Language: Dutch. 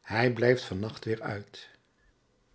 hij blijft van nacht weêr uit